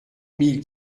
mille